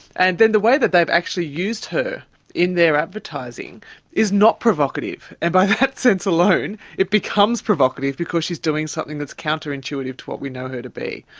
and then the way that they've actually used her in their advertising is not provocative. and by that sense alone it becomes provocative, because she's doing something that's counterintuitive to what we know her to be.